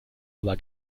aber